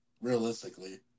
realistically